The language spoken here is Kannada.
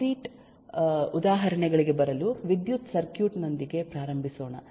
ಕಾಂಕ್ರೀಟ್ ಉದಾಹರಣೆಗಳಿಗೆ ಬರಲು ವಿದ್ಯುತ್ ಸರ್ಕ್ಯೂಟ್ ನೊಂದಿಗೆ ಪ್ರಾರಂಭಿಸೋಣ